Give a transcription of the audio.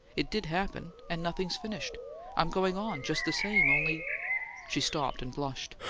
it did happen, and nothing's finished i'm going on, just the same only she stopped and blushed.